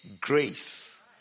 grace